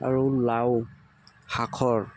আৰু লাও শাকৰ